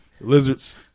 Lizards